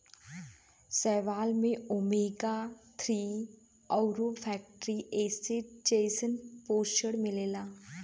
शैवाल में omega three आउर फैटी एसिड जइसन पोषण मिलला